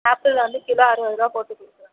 apple வந்து kilo அறுபது ருபா போட்டுக்கலாம்